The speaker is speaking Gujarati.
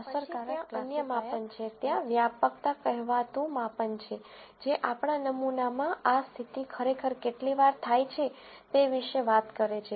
પછી ત્યાં અન્ય માપન છે ત્યાં વ્યાપકતા કહેવાતું માપન છે જે આપણા નમૂનામાં આ સ્થિતિ ખરેખર કેટલી વાર થાય છે તે વિશે વાત કરે છે